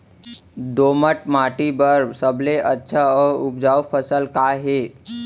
दोमट माटी बर सबले अच्छा अऊ उपजाऊ फसल का हे?